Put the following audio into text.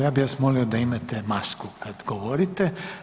Ja bih vas molio da imate masku kad govorite.